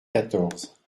quatorze